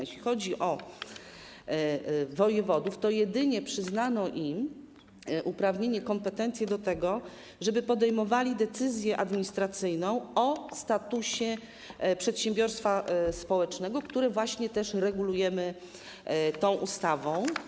Jeśli chodzi o wojewodów, jedynie przyznano im uprawnienie, kompetencje do tego, żeby podejmowali decyzję administracyjną o statusie przedsiębiorstwa społecznego, które właśnie też regulujemy tą ustawą.